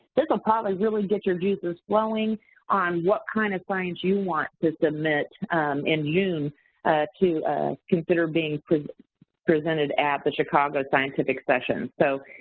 this will probably really get your juices flowing on what kind of science you want to submit in june to consider being presented at the chicago scientific session. so,